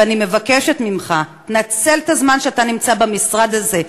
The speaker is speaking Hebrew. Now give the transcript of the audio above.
ואני מבקשת ממך: תנצל את הזמן שאתה נמצא במשרד הזה,